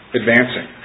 advancing